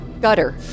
Gutter